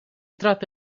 tratta